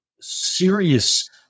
serious